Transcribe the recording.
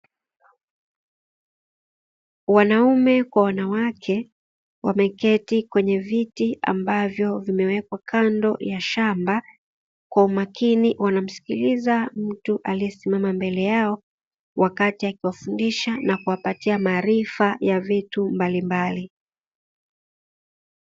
Wanaume kwa wanawake wameketi kwenye viti ambavyo vimewekwa kando ya shamba, kwa umakini wanamsikiiza mtu aliye simama mbele yao wakati akiwafundisha na kuwapatia maarifa ya vitu mbalimbali.